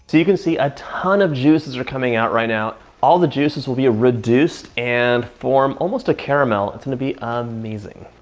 you can see a ton of juices are coming out right now all the juices will be a reduced and form almost a caramel. it's gonna be amazing.